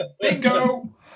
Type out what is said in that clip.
Bingo